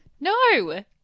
No